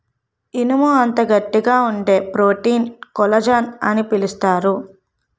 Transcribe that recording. ఇనుము అంత గట్టిగా వుండే ప్రోటీన్ కొల్లజాన్ అని పిలుస్తారు